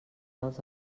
dels